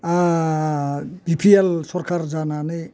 बि P L सरखार जानानै